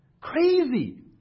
Crazy